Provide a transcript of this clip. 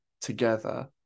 together